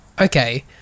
okay